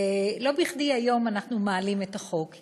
לא בכדי אנחנו מעלים היום את הצעת החוק.